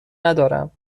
ندارم